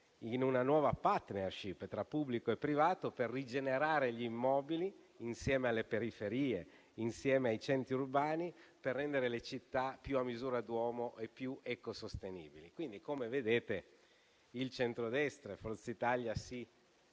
in una nuova *partnership* tra pubblico e privato, per rigenerare gli immobili insieme alle periferie e ai centri urbani, al fine di rendere le città più a misura d'uomo e più ecosostenibili. Come vedete, quindi, il centrodestra e Forza Italia stanno